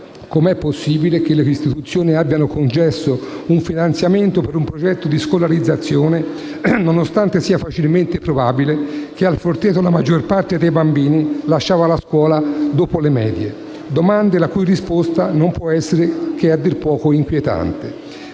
Com'è possibile che le istituzioni abbiano concesso un finanziamento per un progetto di scolarizzazione, nonostante sia facilmente provabile che al Forteto la maggior parte dei bambini lasciava la scuola dopo le medie? Domande la cui risposta non può che essere a dir poco inquietante.